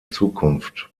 zukunft